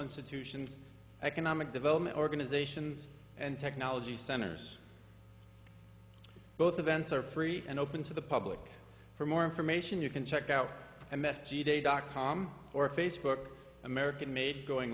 institutions economic development organizations and technology centers both the vents are free and open to the public for more information you can check out m s g day dot com or facebook american made going